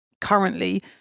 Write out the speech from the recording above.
currently